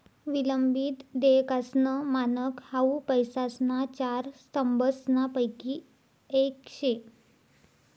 विलंबित देयकासनं मानक हाउ पैसासना चार स्तंभसनापैकी येक शे